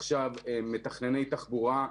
עכשיו מתכנני תחבורה,